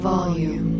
Volume